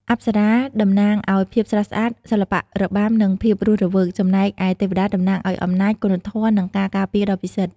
អប្សរាតំណាងឱ្យភាពស្រស់ស្អាត សិល្បៈរបាំ និងភាពរស់រវើក ចំណែកឯទេវតាតំណាងឱ្យអំណាច គុណធម៌ និងការការពារដ៏ពិសិដ្ឋ។